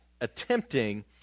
attempting